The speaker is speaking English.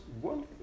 one